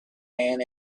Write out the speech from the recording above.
man